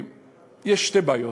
יש שתי בעיות: